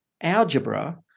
algebra